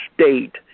state